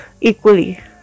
equally